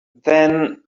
then